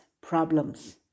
problems